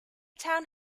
town